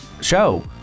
show